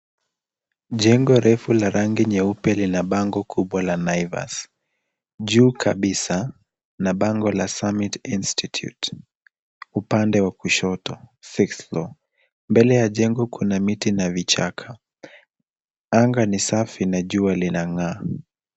Jengo refu la rangi nyeupe lina bango kubwa la Naivas juu kabisa na bango la summit institute upande wa kushoto fifth floor . Mbele ya jengo kuna miti na vichaka. Anga ni safi na jua linang'aa.